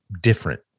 different